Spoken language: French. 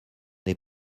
est